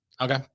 Okay